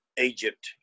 Egypt